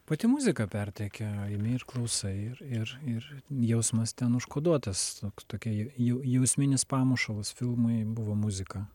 pati muzika pertekia imi ir klausai ir ir ir jausmas ten užkoduotas tokia ji jau jau jausminis pamušalas filmui buvo muzika